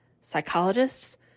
psychologists